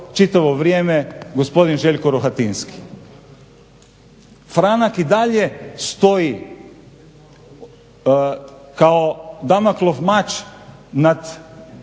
čitavo vrijeme gospodin Željko Rohatinski. Franak i dalje stoji kao damaklof mač nad